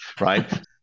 right